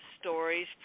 stories